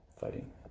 fighting